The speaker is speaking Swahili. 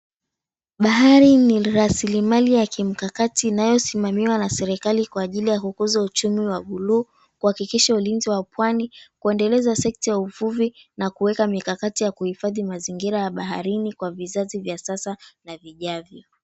Bahari ni rasilimali ya kimikakati inayosimamiwa na serikali kwa ajili ya kukuza uchumi wa buluu, kuhakikisha ulinzi wa pwani, kuendeleza sekta ya uvuvi na kuweka mikakati ya kuhifadhi mazingira ya baharini kwa vizazi vya sasa na vijavyo.